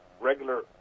regular